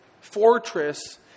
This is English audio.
fortress